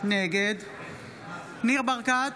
נגד ניר ברקת,